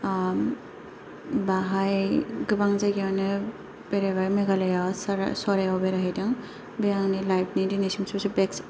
ओ बाहाय गोबां जायगायावनो बेरायबाय मेघालया सहरायाव बेरायहैदों बे आंनि लाइफनि दिनैसिम सबसे